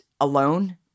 alone